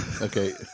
Okay